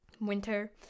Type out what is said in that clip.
winter